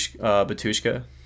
Batushka